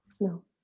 No